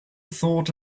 thought